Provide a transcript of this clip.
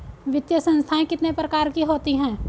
वित्तीय संस्थाएं कितने प्रकार की होती हैं?